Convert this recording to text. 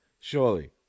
Surely